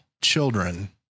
children